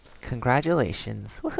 Congratulations